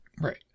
Right